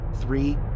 Three